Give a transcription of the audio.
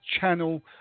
channel